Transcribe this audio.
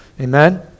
amen